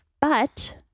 but-